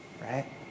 right